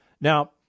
Now